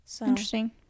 Interesting